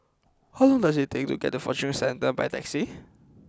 how long does it take to get to Fortune Centre by taxi